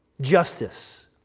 Justice